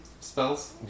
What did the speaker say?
spells